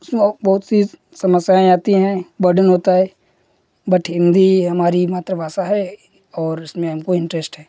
उसमें और बहुत सी समस्याएँ आती हैं बर्डन होता है बट हिन्दी हमारी मातृ भाषा है और इसमें हमको इन्टरेस्ट है